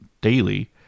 daily